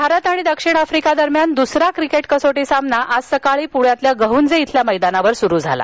भारत आणि दक्षिण आफ्रिका दरम्यान दुसरा कसोटी सामना आज सकाळी पृण्यातील गहंजे इथल्या मैदानावर सुरु झाला